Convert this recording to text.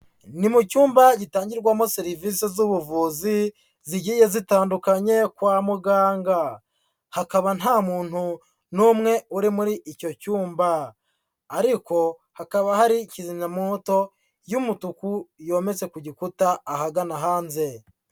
Ni mu cyumba gitangirwamo serivisi z'ubuvuzi zigiye zitandukanye kwa muganga, hakaba nta muntu n'umwe uri muri icyo cyumba, ariko hakaba hari kizimyamwoto y'umutuku yometse ku gikuta ahagana hanze.